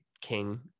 king